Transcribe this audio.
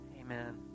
Amen